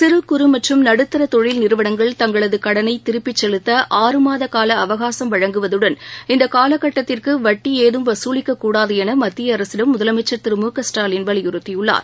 சிறு குறு மற்றும் நடுத்தரதொழில் நிறுவனங்கள் தங்களதுகடனைதிருப்பிச் செலுத்த ஆறு மாதகால அவகாசம் வழங்குவதுடன் இந்தக் காலக் கட்டத்திற்குவட்டியேதம் வசூலிக்கக்கூடாதுஎனமத்தியஅரசிடம் முதலமைச்சர் திரு மு க ஸ்டாலின் வலியுறுத்தியுள்ளார்